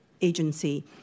agency